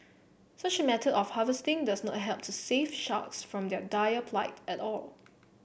such a method of harvesting does not help to save sharks from their dire plight at all